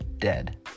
dead